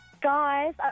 Guys